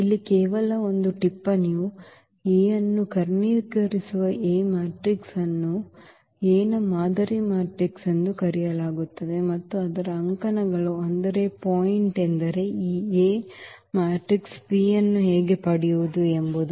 ಇಲ್ಲಿ ಕೇವಲ ಒಂದು ಟಿಪ್ಪಣಿಯು A ಅನ್ನು ಕರ್ಣೀಕರಿಸುವ A ಮ್ಯಾಟ್ರಿಕ್ಸ್ ಅನ್ನು A ನ ಮಾದರಿ ಮ್ಯಾಟ್ರಿಕ್ಸ್ ಎಂದು ಕರೆಯಲಾಗುತ್ತದೆ ಮತ್ತು ಅದರ ಅಂಕಣಗಳು ಅಂದರೆ ಪಾಯಿಂಟ್ ಎಂದರೆ ಈ A ಮ್ಯಾಟ್ರಿಕ್ಸ್ P ಅನ್ನು ಹೇಗೆ ಪಡೆಯುವುದು ಎಂಬುದು